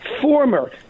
former